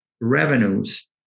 revenues